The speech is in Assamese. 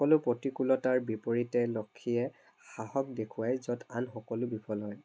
সকলো প্ৰতিকূলতাৰ বিপৰীতে লক্ষীয়ে সাহস দেখুৱায় য'ত আন সকলো বিফল হয়